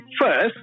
first